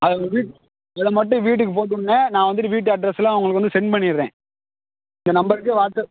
அதை வீட்டு இதை மட்டும் வீட்டுக்குப் போட்டு விடுண்ணே நான் வந்துட்டு வீட்டு அட்ரஸ்செலாம் உங்களுக்கு வந்து செண்ட் பண்ணிடுறேன் இந்த நம்பருக்கு வாட்ஸப்